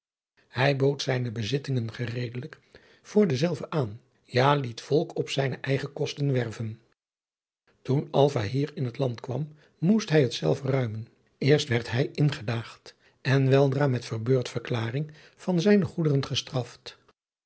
hij bood zijne bezittingen gereedelijk voor dezelve aan ja liet volk op zijne eigen kosten werven toen alva hier in het land kwam moest hij hetzelve ruimen eerst werd hij in gedaagd en weldra met verbeurdverklaring van zijne goederen gestraft